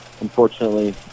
unfortunately